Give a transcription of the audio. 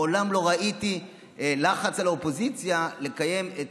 מעולם לא ראיתי לחץ על האופוזיציה לקיים את